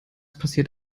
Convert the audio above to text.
passiert